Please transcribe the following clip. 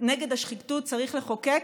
נגד השחיתות צריך לחוקק,